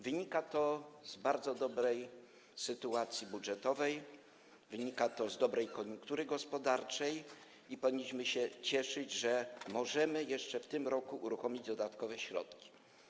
Wynika to z bardzo dobrej sytuacji budżetowej, wynika to dobrej koniunktury gospodarczej i powinniśmy się cieszyć, że możemy jeszcze w tym roku uruchomić dodatkowe środki.